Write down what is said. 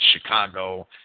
Chicago